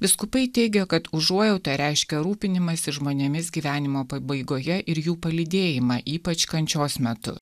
vyskupai teigė kad užuojauta reiškia rūpinimąsi žmonėmis gyvenimo pabaigoje ir jų palydėjimą ypač kančios metu